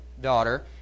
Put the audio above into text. daughter